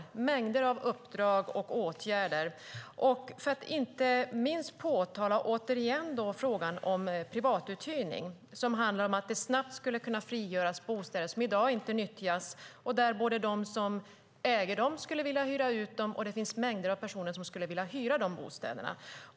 Det är mängder av uppdrag och åtgärder, inte minst frågan om privatuthyrning som handlar om att det snabbt skulle kunna frigöras bostäder som i dag inte nyttjas och som ägarna skulle vilja hyra ut och mängder av personer skulle vilja hyra.